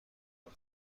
کنم